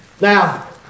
Now